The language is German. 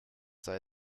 sei